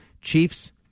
Chiefs